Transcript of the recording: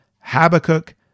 Habakkuk